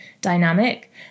dynamic